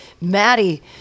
Maddie